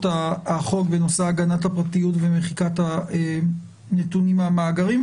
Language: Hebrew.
החוק בנושא הגנת הפרטיות ומחיקת הנתונים מהמאגרים.